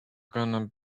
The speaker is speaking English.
gonna